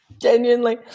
Genuinely